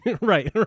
Right